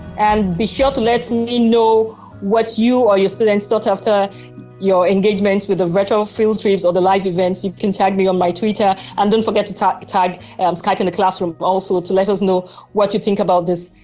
and be sure to let me know what you or your students thought after your engagements with the virtual field trips, or the live events. you can tag me on my twitter, and don't forget to tag tag um skype in the classroom also to let us know what you think about this,